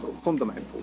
fundamental